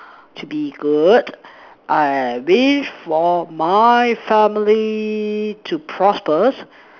to be good I wish for my family to prosper